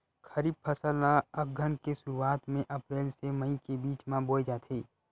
खरीफ फसल ला अघ्घन के शुरुआत में, अप्रेल से मई के बिच में बोए जाथे